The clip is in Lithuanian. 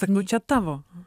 nu čia tavo